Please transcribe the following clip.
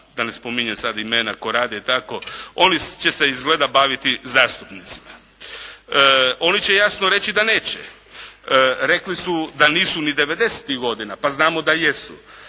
da ne spominjem sad imena, Korade i tako, oni će se izgleda baviti zastupnicima. On će jasno reći da neće. Rekli su da nisu ni '90.-tih godina, pa znamo da jesu.